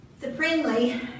Supremely